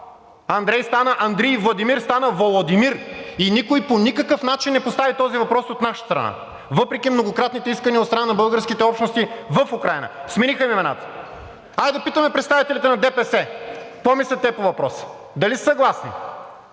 Андрей стана Андрий, Владимир стана Володимир и никой по никакъв начин не постави този въпрос от наша страна. Въпреки многократните искания от страна на българските общности в Украйна – смениха им имената. Хайде да питаме представителите на ДПС какво мислят те по въпроса – дали са съгласни?